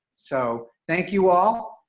so thank you all,